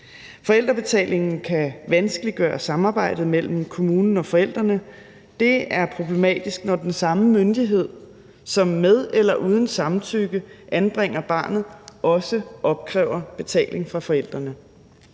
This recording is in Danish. Forældrebetalingen kan vanskeliggøre samarbejdet mellem kommunen og forældrene. Det er problematisk, når den samme myndighed, som med eller uden samtykke anbringer barnet, også opkræver betaling fra forældrene.